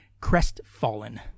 crestfallen